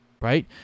right